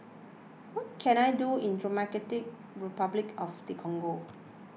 what can I do in Democratic Republic of the Congo